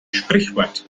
sprichwort